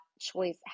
choice